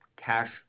cash